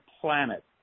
planet